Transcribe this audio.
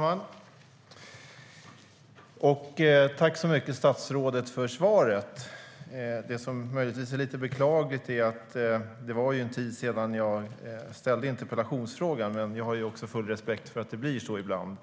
Herr talman! Jag tackar statsrådet för svaret. Det som möjligtvis är lite beklagligt är att det är en tid sedan jag ställde interpellationen, men jag har full respekt för att det blir så ibland.